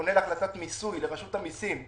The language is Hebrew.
שפונה להחלטת מיסוי לרשות המיסים,